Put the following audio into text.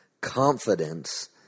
Confidence